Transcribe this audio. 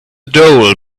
doll